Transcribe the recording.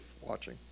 watching